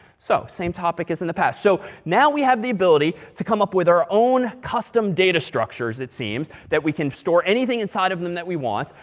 so, same topic as in the past. so, now we have the ability to come up with our own custom data structures it seems. that we can store anything inside of them that we want.